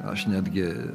aš netgi